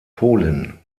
polen